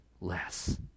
less